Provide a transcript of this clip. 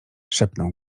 szepnął